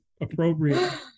appropriate